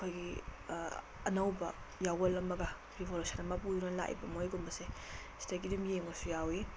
ꯑꯩꯈꯣꯏꯒꯤ ꯑꯅꯧꯕ ꯌꯥꯑꯣꯜ ꯑꯃꯒ ꯔꯤꯕꯣꯂꯨꯁꯟ ꯑꯃ ꯄꯨꯗꯨꯅ ꯂꯥꯛꯏꯕ ꯃꯣꯏꯒꯨꯝꯕꯁꯦ ꯁꯤꯗꯒꯤ ꯑꯗꯨꯝ ꯌꯦꯡꯕꯁꯨ ꯌꯥꯎꯏ